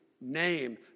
name